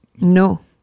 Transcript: No